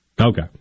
Okay